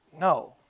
No